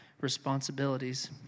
responsibilities